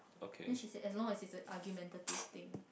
then she said as long as it's a argumentative thing